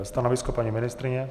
Stanovisko paní ministryně?